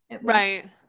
Right